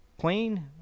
clean